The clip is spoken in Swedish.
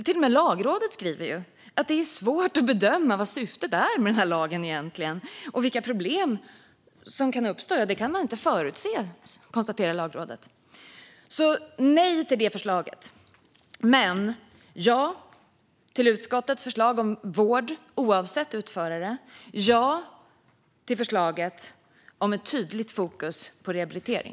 Till och med Lagrådet skriver att det är svårt att bedöma vad syftet med lagen egentligen är, och vilka problem som kan uppstå kan man inte förutse, konstaterar Lagrådet. Så vi säger nej till detta förslag men ja till utskottets förslag om vård oavsett utförare och ja till förslaget om ett tydligt fokus på rehabilitering.